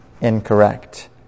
incorrect